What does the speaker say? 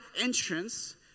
entrance